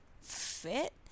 fit